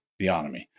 theonomy